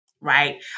right